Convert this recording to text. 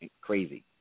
crazy